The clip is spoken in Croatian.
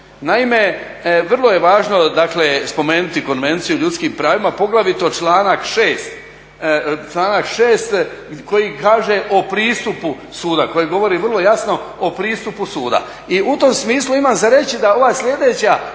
Naime, vrlo je važno dakle spomenuti Konvenciju o ljudskim pravima poglavito članak 8. koji kaže o pristupu suda, koji govori vrlo jasno o pristupu suda. I u tom smislu imam za reći da ova slijedeća